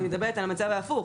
אני מדברת על הדבר ההפוך,